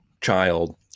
child